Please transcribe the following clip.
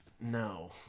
no